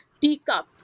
teacup